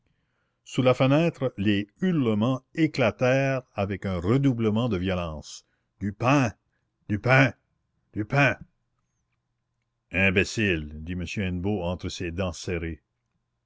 sous la fenêtre les hurlements éclatèrent avec un redoublement de violence du pain du pain du pain imbéciles dit m hennebeau entre ses dents serrées